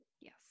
yes